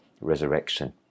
resurrection